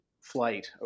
flight